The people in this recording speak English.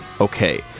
Okay